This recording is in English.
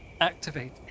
activate